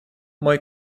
мой